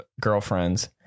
girlfriends